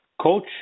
Coach